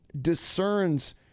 discerns